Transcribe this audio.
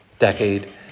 decade